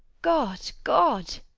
god, god,